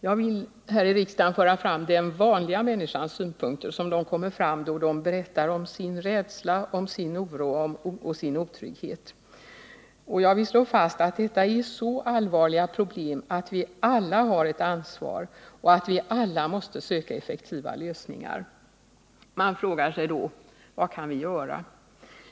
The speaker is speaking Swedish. Jag vill här i riksdagen föra fram den vanliga människans synpunkter, som de kommer fram då vederbörande berättar om sin rädsla, sin oro och sin otrygghet. Jag vill slå fast att detta är så allvarliga problem att vi alla har ett ansvar och att vi alla måste söka effektiva lösningar. Man frågar sig då: Vad kan vi göra?